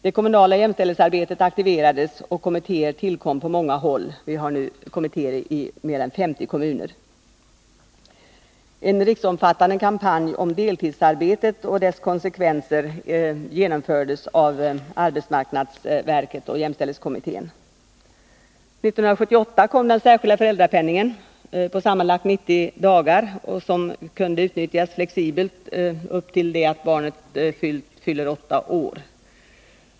Det kommunala jämställdhetsarbetet aktiverades, och kommittéer tillkom på många håll. Vi har nu kommittéer i mer än 50 kommuner. En riksomfattande kampanj om deltidsarbetet och dess konsekvenser genomfördes av arbetsmarknadsverket och jämställdhetskommittén. 1978 kom också den särskilda föräldrapenningen — på sammanlagt 90 hela dagar — som kan utnyttjas på ett flexibelt sätt till dess barnet fyllt 8 år.